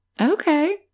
Okay